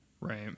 Right